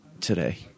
today